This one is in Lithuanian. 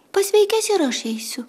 pasveikęs ir aš eisiu